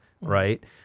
right